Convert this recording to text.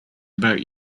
about